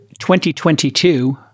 2022